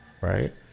right